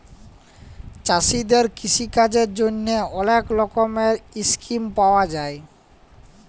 চাষীদের কিষিকাজের জ্যনহে অলেক রকমের ইসকিম পাউয়া যায়